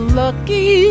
lucky